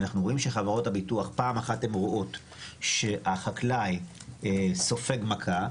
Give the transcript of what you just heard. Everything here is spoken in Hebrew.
אנחנו רואים שחברות הביטוח - פעם אחת הן רואות שהחקלאי סופג מכה,